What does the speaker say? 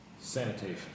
Sanitation